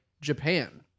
Japan